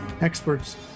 experts